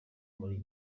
muri